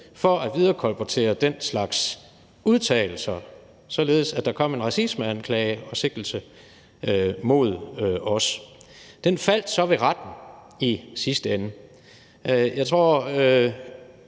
for at viderekolportere den slags udtalelser, således at der kom en racismeanklage og sigtelse mod os. Den faldt så ved retten i sidste ende.